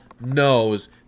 knows